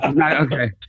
Okay